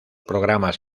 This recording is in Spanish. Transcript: programas